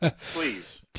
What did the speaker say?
Please